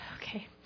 okay